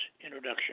introduction